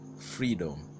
freedom